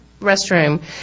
restroom